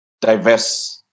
diverse